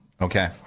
Okay